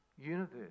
universe